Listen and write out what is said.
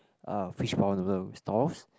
uh fishball noodle stalls